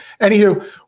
anywho